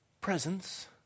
presence